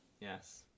Yes